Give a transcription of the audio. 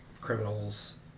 criminals